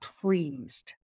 pleased